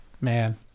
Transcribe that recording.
Man